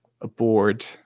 aboard